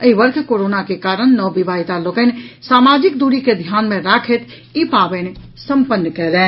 एहि वर्ष कोरोना के कारण नव विवाहिता लोकनि सामाजिक दूरी के ध्यान मे राखैत ई पावनि सम्पन्न कयलनि